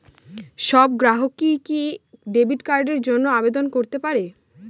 সব গ্রাহকই কি ডেবিট কার্ডের জন্য আবেদন করতে পারে?